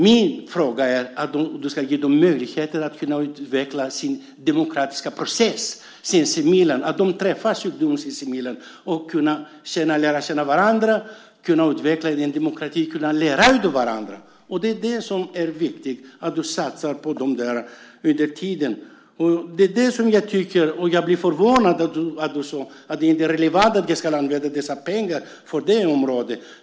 Min fråga är om du ska ge dem möjligheter att sinsemellan utveckla den demokratiska processen, att träffas och lära känna varandra, att utveckla demokratin och lära av varandra. Det är det som är viktigt, att du satsar på dem under tiden. Jag blir förvånad när du säger att det inte är relevant att använda dessa pengar på det området.